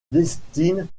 destine